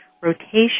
Rotation